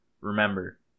remember